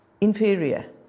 inferior